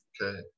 okay